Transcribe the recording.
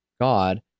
God